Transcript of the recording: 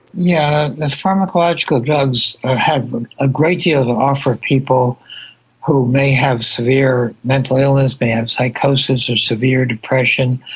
yeah the pharmacological drugs ah have a great deal to offer people who may have severe mental illness, may have psychosis or severe depression.